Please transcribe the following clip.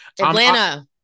Atlanta